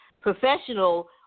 professional